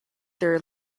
their